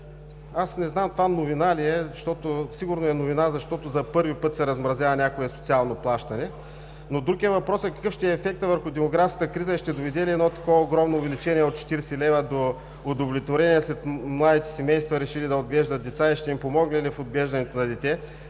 лв. Не знам новина ли е, сигурно е, защото за първи път се размразява някое социално плащане. Но друг е въпросът: какъв ще е ефектът върху демографската криза и ще доведе ли едно такова огромно увеличение от 40 лв. до удовлетворение сред младите семейства, решили да отглеждат деца, и ще им помогне ли в отглеждането на дете,